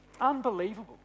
Unbelievable